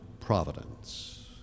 providence